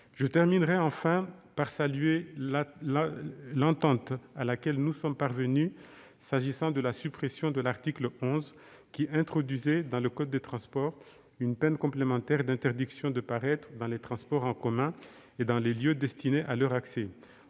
Je terminerai enfin en saluant l'entente à laquelle nous sommes parvenus s'agissant de la suppression de l'article 11, qui introduisait, dans le code des transports, une peine complémentaire d'interdiction de paraître dans les transports en commun et dans les lieux destinés à leur accès.